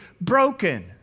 broken